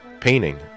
painting